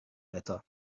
better